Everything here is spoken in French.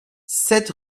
sept